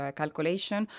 calculation